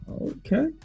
Okay